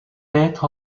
être